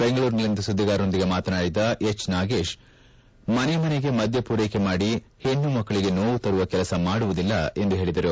ಬೆಂಗಳೂರಿನಲ್ಲಿಂದು ಸುದ್ದಿಗಾರರೊಂದಿಗೆ ಮಾತನಾಡಿದ ಅವರು ಮನೆ ಮನೆಗೆ ಮದ್ದ ಪೂರೈಕೆ ಮಾಡಿ ಹೆಣ್ಣು ಮಕ್ಕಳಿಗೆ ನೋವು ತರುವ ಕೆಲಸ ಮಾಡುವುದಿಲ್ಲ ಎಂದು ಹೇಳಿದರು